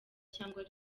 cyangwa